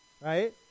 right